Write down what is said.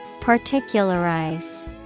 particularize